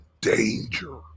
danger